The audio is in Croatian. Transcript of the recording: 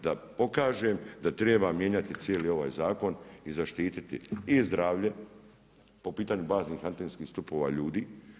Da pokažem da treba mijenjati cijeli ovaj zakon i zaštititi i zdravlje po pitanju baznih antenskih stupova ljudi.